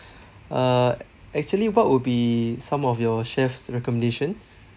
uh actually what would be some of your chef's recommendations